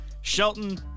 Shelton